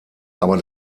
aber